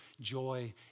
joy